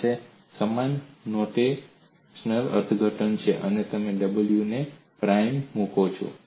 તમારી પાસે સમાન નોટેશનલ અર્થઘટન છે તમે w ને પ્રાઇમ મૂકો